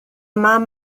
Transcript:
mam